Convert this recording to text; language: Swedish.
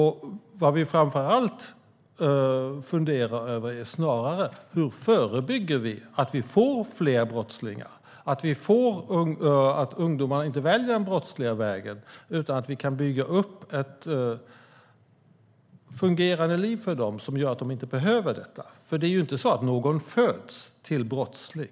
Framför allt funderar vi snarare över hur man förebygger att det blir fler brottslingar, över att ungdomar inte ska välja den brottsliga vägen, över hur man ska bygga upp ett fungerande liv för dem som behöver detta. Det är ju inte så att någon föds till brottsling.